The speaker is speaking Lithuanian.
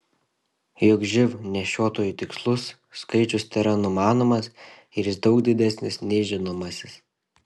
juk živ nešiotojų tikslus skaičius tėra numanomas ir jis daug didesnis nei žinomasis